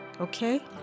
Okay